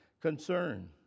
concern